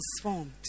transformed